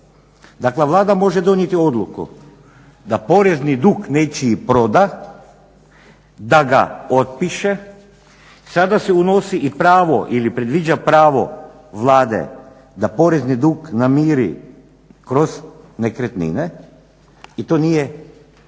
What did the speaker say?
Dakle, Vlada može donijeti odluku da porezni dug nečiji proda, da ga otpiše. Sada se unosi i pravo ili predviđa pravo Vlade da porezni dug namiri kroz nekretnine i to nije javni